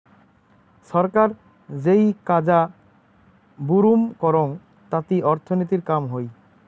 ছরকার যেই কাজা বুরুম করং তাতি অর্থনীতির কাম হই